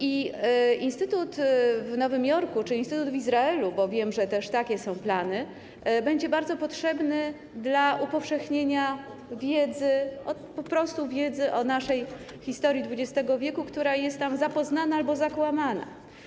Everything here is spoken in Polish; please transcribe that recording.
Instytut w Nowym Jorku czy instytut w Izraelu, bo wiem, że też takie są plany, będzie bardzo potrzebny do upowszechnienia wiedzy, po prostu wiedzy o naszej historii XX w., która jest tam zapoznana albo zakłamana.